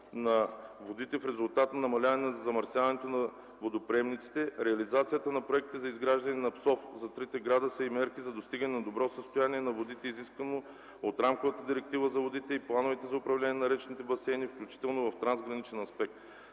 на водите в резултат на намаляване на замърсяването на водоприемниците. Реализацията на проектите за изграждане на ПСОВ за трите града са и мерки за достигане на добро състояние на водите, изисквано от Рамковата директива за водите и плановете за управление на речните басейни, включително в трансграничен аспект.